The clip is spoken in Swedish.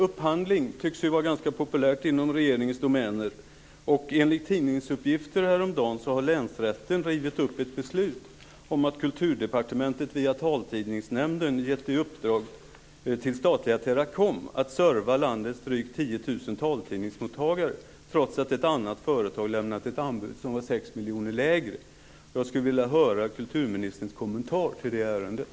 Upphandling tycks ju vara ganska populärt inom regeringens domäner. Enligt tidningsuppgifter häromdagen har länsrätten rivit upp ett beslut där Kulturdepartementet via Taltidningsnämnden gett statliga Teracom i uppdrag att serva landets drygt 10 000 taltidningsmottagare trots att ett annat företag lämnat ett anbud som var 6 miljoner lägre. Jag skulle vilja höra kulturministerns kommentar till det ärendet.